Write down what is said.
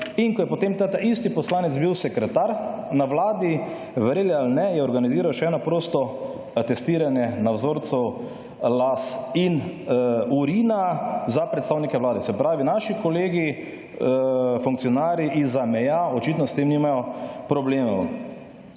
In ko je potem ta isti poslanec bil sekretar na Vladi, verjeli ali ne, je organiziral še eno prosto testiranje na vzorcu las in urina za predstavnike Vlade. Se pravi, naši kolegi funkcionarji iz zameja očitno s tem nimajo problemov.